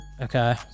Okay